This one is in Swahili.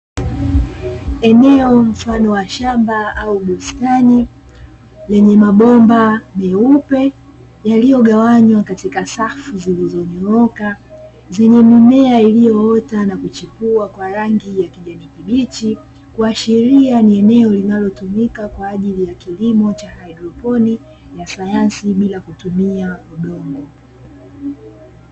Eneo mfano wa shamba au bustani lenye mabomba meupe yaliyo gawanywa katika safu zilizo nyooka zenye mimea iliyoota na kuchipua kwa rangi kijani kibichi, kuashiria ni eneo linalotumika kwaajili ya kilimo cha haidroponi ya sayansi bila kutumia udongo.